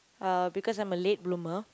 uh because I'm a late bloomer